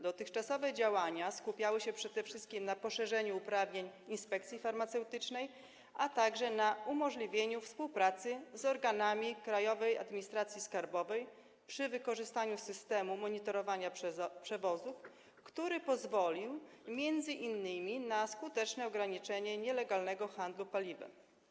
Dotychczasowe działania skupiały się przede wszystkim na poszerzeniu uprawnień inspekcji farmaceutycznej, a także na umożliwieniu współpracy z organami Krajowej Administracji Skarbowej przy wykorzystaniu systemu monitorowania przewozów, który pozwolił m.in. na skuteczne ograniczenie nielegalnego handlu paliwem.